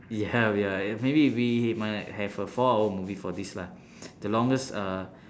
he have ya uh maybe if we might have a four hour movie for this lah the longest uh